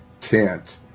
tent